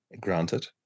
Granted